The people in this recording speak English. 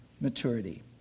maturity